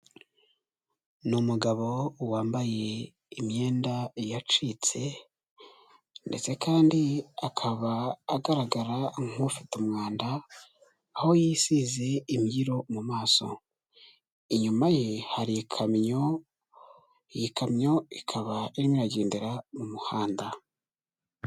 Ni umugabo wambaye imyenda yacitse ndetse kandi akaba agaragara nk'ufite umwanda, aho yisize imbyiro mu maso, inyuma ye hari ikamyo, iyi kamyo ikaba irimo iragendera mu muhanda.